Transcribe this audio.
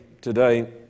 today